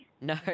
No